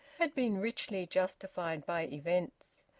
had been richly justified by events.